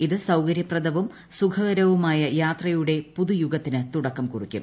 ഇത് സൌകരൃപ്രദവും സുഖകരവുമായ യാത്രയുടെ പുതുയുഗത്തിന് തുടക്കം കുറിക്കും